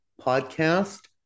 podcast